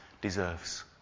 deserves